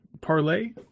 parlay